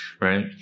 right